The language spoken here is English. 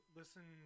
listen